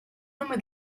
nome